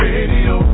Radio